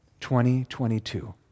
2022